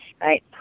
right